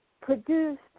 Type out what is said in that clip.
produced